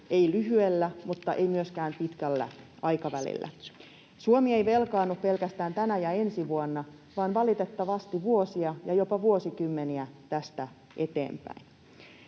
ei lyhyellä mutta ei myöskään pitkällä aikavälillä. Suomi ei velkaannu pelkästään tänä ja ensi vuonna vaan valitettavasti vuosia ja jopa vuosikymmeniä tästä eteenpäin.